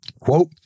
Quote